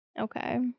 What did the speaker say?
okay